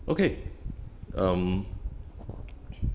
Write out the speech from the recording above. okay um